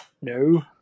No